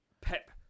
Pep